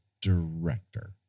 director